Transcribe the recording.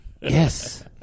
Yes